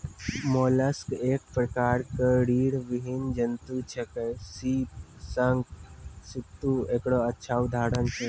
mollusc एक प्रकार के रीड़विहीन जंतु छेकै, सीप, शंख, सित्तु एकरो अच्छा उदाहरण छै